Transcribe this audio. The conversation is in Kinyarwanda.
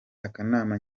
akanama